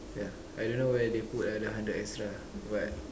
ya I don't know where they put ah the hundred extra but